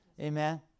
Amen